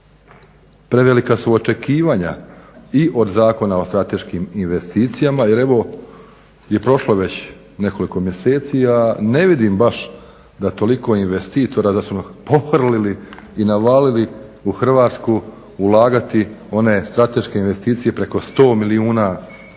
Prevelika su očekivanja i od Zakona o strateškim investicijama jer evo je prošlo već nekoliko mjeseci, a ne vidim baš da toliko investitora, da su nam pohrlili i navalili u Hrvatsku ulagati one strateške investicije preko 100 milijuna ili